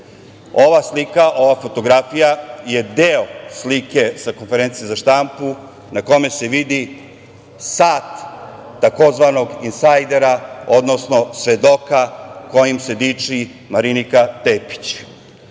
slika, ova fotografija je deo slike sa konferencije za štampu na kojoj se vidi sat tzv. insajdera, odnosno svedoka kojim se diči Marinika